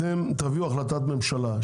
אתם תביאו החלטת ממשלה,